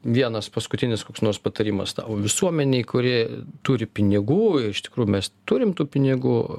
vienas paskutinis koks nors patarimas tavo visuomenei kuri turi pinigų iš tikrųjų mes turim tų pinigų